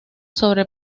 sobre